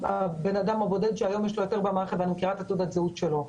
הבן אדם הבודד שהיום יש לו היתר במערכת ואני מכירה את תעודת הזהות שלו.